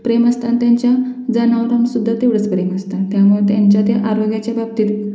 प्रेम असतं आणि त्यांच्या जनावरंसुद्धा तेवढंच प्रेम असतं त्यामुळे त्यांच्या ते आरोग्याच्या बाबतीत